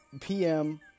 PM